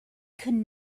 could